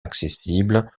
accessible